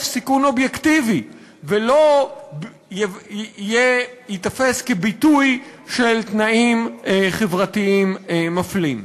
סיכון אובייקטיבי ולא ייתפס כביטוי של תנאים חברתיים מפלים.